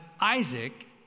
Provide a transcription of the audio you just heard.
Isaac